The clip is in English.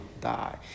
die